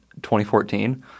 2014